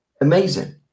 amazing